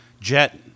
jet